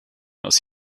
aus